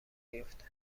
بیفته